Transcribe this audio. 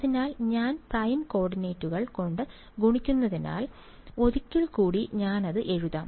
അതിനാൽ ഞാൻ പ്രൈം കോർഡിനേറ്റുകൾ കൊണ്ട് ഗുണിക്കുന്നതിനാൽ ഒരിക്കൽ കൂടി ഞാൻ അത് എഴുതാം